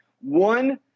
One